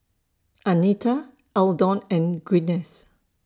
Anita Eldon and Gwyneth